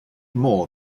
more